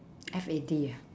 F A D ah